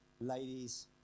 ladies